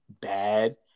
bad